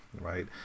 right